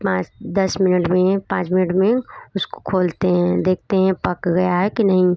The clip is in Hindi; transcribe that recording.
पाँच दस मिनट में पाँच मिनट में उसको खोलते हैं देखते हैं पक गया है कि नहीं